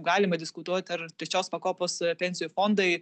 galima diskutuoti ar trečios pakopos pensijų fondai